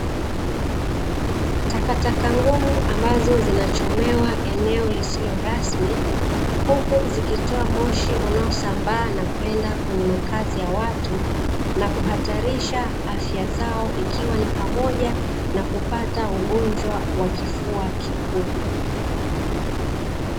Takataka ngumu ambazo zinachomewa eneo lisilo rasmi, huku zikitoa moshi unaosambaa na kwenda kwenye makazi ya watu na kuhatarisha afya zao, ikiwa ni pamoja na kupata ugonjwa wa kifua kikuu.